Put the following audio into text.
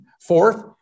Fourth